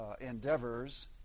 endeavors